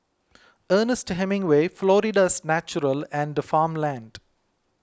Ernest Hemingway Florida's Natural and Farmland